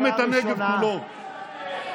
גם את הנגב כולו.